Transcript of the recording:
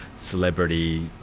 celebrity,